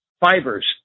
fibers